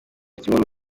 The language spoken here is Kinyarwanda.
kimwe